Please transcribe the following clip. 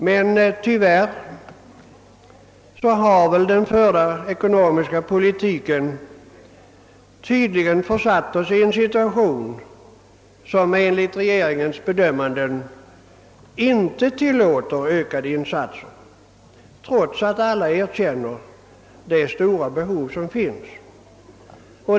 Men tyvärr har den förda ekonomiska politiken tydligen försatt oss i en situation som enligt regeringens bedömanden inte tillåter ökade insatser trots att alla erkänner de stora behov som finns.